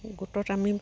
গোটত আমি